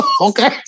Okay